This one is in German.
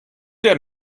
der